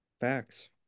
Facts